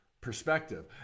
perspective